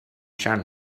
shall